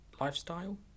lifestyle